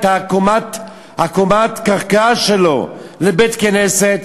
את קומת הקרקע שלו לבית-כנסת,